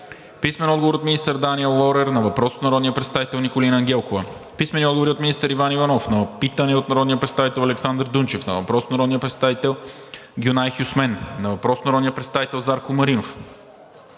Писмен отговор от министър Даниел Лорер на: - въпрос от народния представител Николина Ангелкова. Писмени отговори от министър Иван Иванов на: - питане от народния представител Александър Дунчев; - въпрос от народния представител Гюнай Хюсмен; - въпрос от народния представител Зарко Маринов.